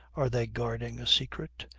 are they guarding a secret?